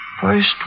First